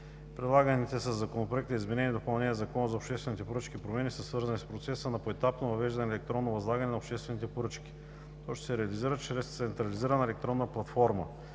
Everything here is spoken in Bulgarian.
Предлаганите със Законопроекта за изменение и допълнение на Закона за обществените поръчки промени са свързани с процеса на поетапно въвеждане на електронно възлагане на обществените поръчки. То ще се реализира чрез централизирана електронна платформа.